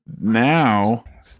Now